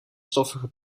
stoffige